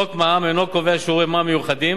חוק מע"מ אינו קובע שיעורי מע"מ מיוחדים